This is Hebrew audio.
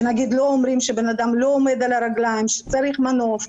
למשל לא אומרים שהבן אדם לא עומד על הרגליים ושצריך מנוף,